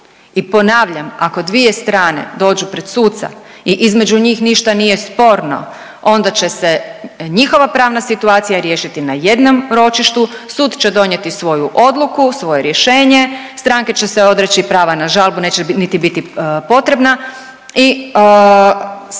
I ponavljam, ako dvije strane dođu pred suca i između njih ništa nije sporno onda će se njihova pravna situacija riješiti na jednom ročištu. Sud će donijeti svoju odluku, svoje rješenje, stranke će se odreći prava na žalbu, neće niti biti potrebna